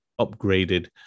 upgraded